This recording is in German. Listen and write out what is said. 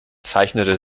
zeichnete